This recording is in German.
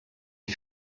die